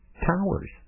towers